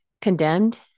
condemned